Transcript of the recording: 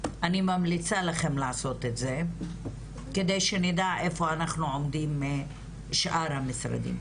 אני ממליצה לכם לעשות את זה כדי שנדע איפה אנחנו עומדים בשאר המשרדים.